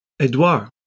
Edouard